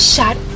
Shut